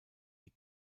die